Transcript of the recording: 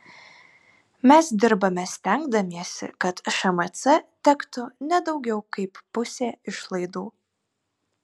mes dirbame stengdamiesi kad šmc tektų ne daugiau kaip pusė išlaidų